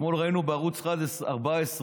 ראינו בערוץ 14,